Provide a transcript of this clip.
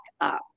up